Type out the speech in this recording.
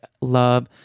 love